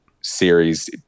series